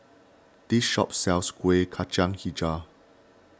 this shop sells Kueh Kacang HiJau